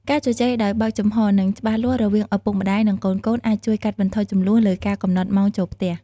ការជជែកដោយបើកចំហរ និងច្បាស់លាស់រវាងឪពុកម្តាយ និងកូនៗអាចជួយកាត់បន្ថយជម្លោះលើការកំណត់ម៉ោងចូលផ្ទះ។